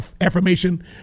affirmation